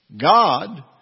God